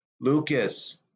Lucas